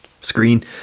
screen